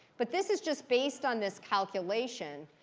but this is just based on this calculation.